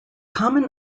common